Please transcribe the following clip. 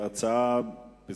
מס' 918,